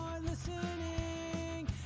listening